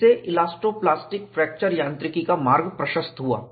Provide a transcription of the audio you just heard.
इससे elasto plastic fracture यांत्रिकी का मार्ग प्रशस्त हुआ